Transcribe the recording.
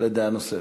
לדעה נוספת.